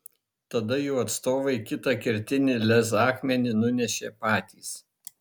tada jų atstovai kitą kertinį lez akmenį nunešė patys